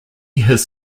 his